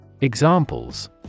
Examples